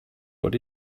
what